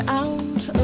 out